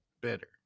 better